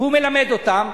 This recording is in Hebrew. והוא מלמד אותם.